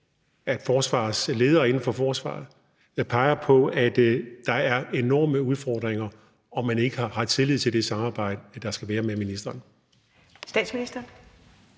og ledere inden for forsvaret peger på, at der er enorme udfordringer, og at man ikke har tillid til det samarbejde, der skal være med ministeren.